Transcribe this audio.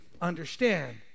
understand